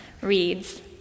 reads